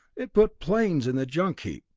it puts airplanes in the junk heap!